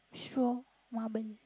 straw marble